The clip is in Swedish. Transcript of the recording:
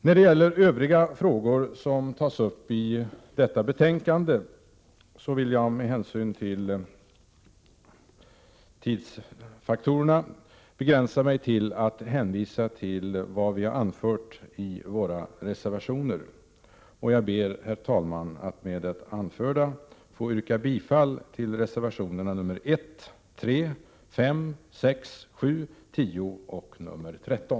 När det gäller de övriga frågor som tas upp i detta betänkande vill jag, med hänsyn till tidsfaktorerna, begränsa mig till att hänvisa till vad vi anfört i våra reservationer. Herr talman! Med det anförda ber jag att få yrka bifall till reservationerna 1,,3, 5, 6, 7, 10 och 13: